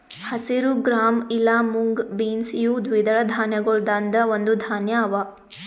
ಹಸಿರು ಗ್ರಾಂ ಇಲಾ mung beans ಇವು ದ್ವಿದಳ ಧಾನ್ಯಗೊಳ್ದಾಂದ್ ಒಂದು ಧಾನ್ಯ ಅವಾ